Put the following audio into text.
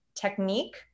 technique